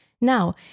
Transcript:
Now